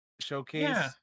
showcase